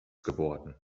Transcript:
geworden